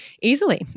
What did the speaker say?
easily